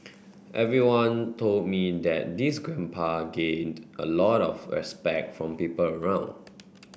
everyone told me that this grandpa gained a lot of respect from people around